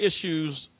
issues